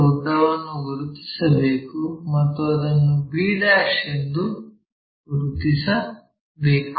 ಉದ್ದವನ್ನು ಗುರುತಿಸಬೇಕು ಮತ್ತು ಅದನ್ನು b' ಎಂದು ಗುರುತಿಸಬೇಕು